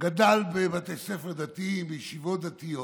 גדל בבתי ספר דתיים, בישיבות דתיות,